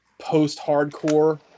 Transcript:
post-hardcore